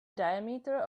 diameter